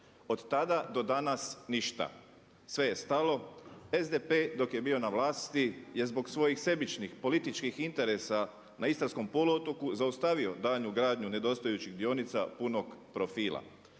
Od tada do danas ništa. Sve je stalo. SDP dok je bio na vlasti je zbog svojih sebičnih političkih interesa na istarskom poluotoku zaustavio daljnju gradnju nedostajućih dionica punog profila.